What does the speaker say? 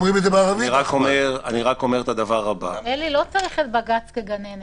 אלי, לא צריך את בג"ץ כגננת.